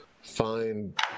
find